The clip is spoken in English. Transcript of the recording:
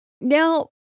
now